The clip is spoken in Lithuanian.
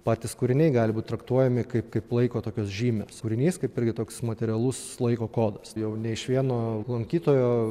patys kūriniai gali būt traktuojami kaip kaip laiko tokios žymės kūrinys kaip irgi toks materialus laiko kodas jau ne iš vieno lankytojo